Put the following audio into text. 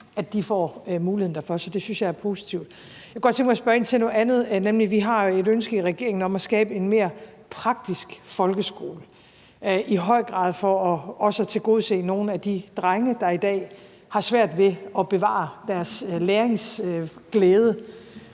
kan det, får muligheden for det. Så det synes jeg er positivt. Jeg kunne godt tænke mig at spørge ind til noget andet, nemlig i forhold til at vi har et ønske i regeringen om at skabe en mere praktisk folkeskole, i høj grad for også at tilgodese nogle af de drenge, som i dag har svært ved at bevare deres læringsglæde